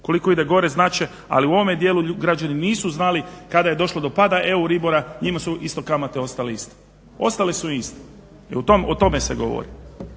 Koliko ide gore ali u ovome dijelu građani nisu znali kada je došlo do pada euribora, njima su kamate ostale iste. Ostale su iste i o tome se govori.